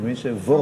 אני מבין שוורצמן.